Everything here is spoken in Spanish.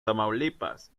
tamaulipas